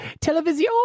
television